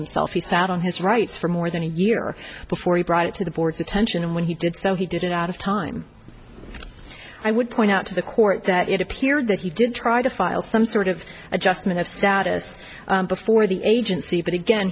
himself he sat on his rights for more than a year before he brought it to the board's attention and when he did so he did it out of time i would point out to the court that it appeared that he did try to file some sort of adjustment of status before the agency but again